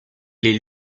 les